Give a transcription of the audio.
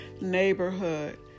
neighborhood